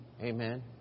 Amen